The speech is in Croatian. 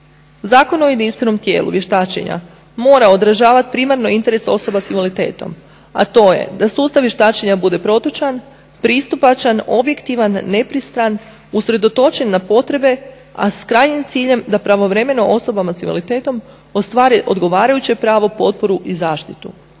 Zakon o jedinstvenom tijelu vještačenja mora održavati primarno interes osoba s invaliditetom a to je da sustav vještačenja bude protočan, pristupačan, objektivan, nepristran, usredotočen na potrebe a s krajnjim ciljem da pravovremeno osobama s invaliditetom ostvari odgovarajuće pravo, potporu i zaštitu.